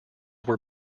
were